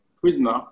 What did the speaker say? prisoner